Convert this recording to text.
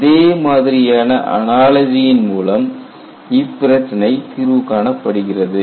இதே மாதிரியான அனாலஜியின் மூலம் இப்பிரச்சினை தீர்வு காணப்படுகிறது